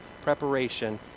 preparation